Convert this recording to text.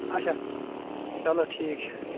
اَچھا چلو ٹھیٖک چھُ